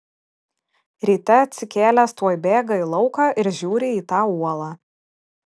ryte atsikėlęs tuoj bėga į lauką ir žiūrį į tą uolą